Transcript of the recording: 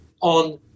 on